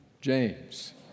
James